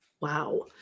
Wow